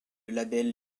label